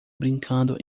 brincando